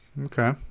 Okay